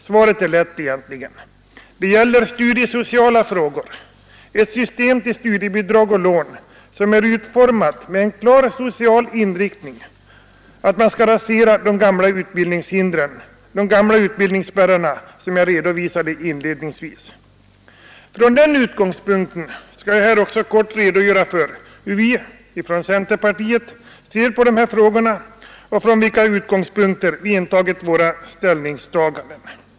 Svaret är lätt. Det gäller studiesociala frågor — ett system med studiebidrag och lån som är utformat med en klar social inriktning: att rasera de gamla utbildningsspärrarna som jag redovisade inledningsvis. Från den utgångspunkten skall jag här kort redogöra för hur vi i centerpartiet ser på de här frågorna och från vilka utgångspunkter vi intagit våra ställningstaganden.